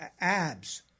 abs